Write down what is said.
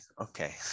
okay